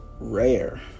rare